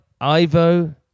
Ivo